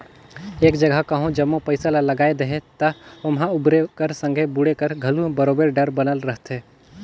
एक जगहा कहों जम्मो पइसा ल लगाए देहे ता ओम्हां उबरे कर संघे बुड़े कर घलो बरोबेर डर बनल रहथे